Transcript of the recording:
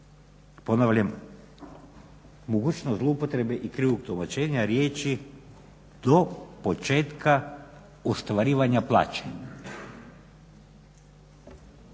Ponavljam, mogućnost zloupotrebe i krivog tumačenja riječi do početka ostvarivanja plaće.